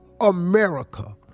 America